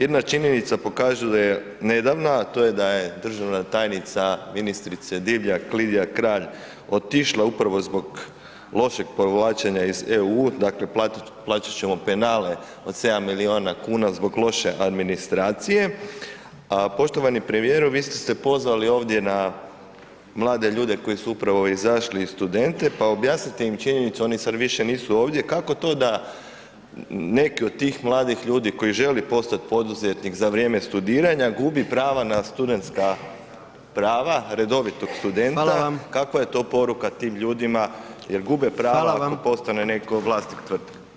Jedna činjenica pokazuje nedavna a to je da je državna tajnica ministrice Divjak, Lidija Kralj otišla upravo zbog lošeg povlačenja iz EU, dakle plaćat ćemo penale od 7 milijuna kuna zbog loše administracije a poštovani premijeru, vi ste se pozvali ovdje na mlade ljude koji su upravo izašli i studente pa objasnite im činjenicu, oni sad više nisu ovdje, kako to da neki od tih mladih ljudi koji žele postat poduzetnik za vrijeme studiranja, gubi prava na studentska prava redovitog studenta, kakva je to poruka tim ljudima jer gube prava ako postane netko vlasnik tvrtke.